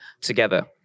together